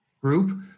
group